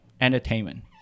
entertainment